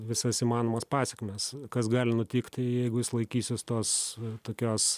visas įmanomas pasekmes kas gali nutikti jeigu jis laikysis tos tokios